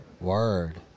Word